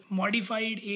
modified